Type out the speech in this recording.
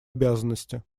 обязанности